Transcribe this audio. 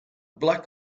black